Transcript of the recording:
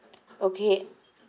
okay